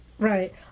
right